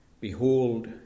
Behold